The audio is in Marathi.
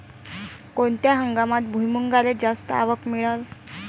कोनत्या हंगामात भुईमुंगाले जास्त आवक मिळन?